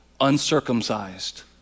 uncircumcised